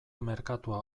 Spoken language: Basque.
merkatua